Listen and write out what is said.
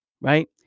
right